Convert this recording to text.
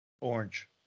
orange